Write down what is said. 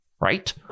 right